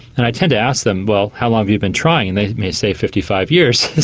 and i tend to ask them, well, how long have you been trying? and they may say fifty five years. so